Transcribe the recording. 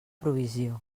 provisió